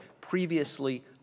previously